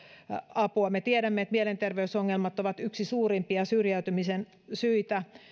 apua me tiedämme että mielenterveysongelmat ovat yksi suurimpia syrjäytymisen syitä